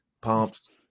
pumps